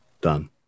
Done